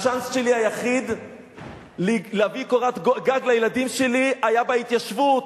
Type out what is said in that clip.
הצ'אנס שלי היחיד להביא קורת גג לילדים שלי היה בהתיישבות.